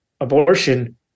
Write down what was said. abortion